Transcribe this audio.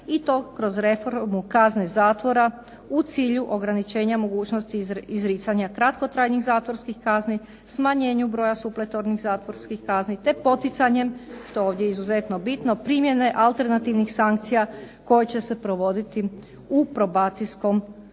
i to kroz reformu kazne zatvora u cilju ograničenja mogućnosti izricanja kratkotrajnih zatvorskih kazni, smanjenju broja supletornih zatvorskih kazni te poticanjem što je ovdje izuzetno bitno primjene alternativnih sankcija koje će se provoditi u probacijskom sustavu.